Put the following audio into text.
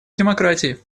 демократии